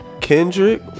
Kendrick